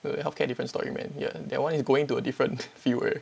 wait wait healthcare different story man yeah that one is going to a different field already